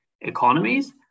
economies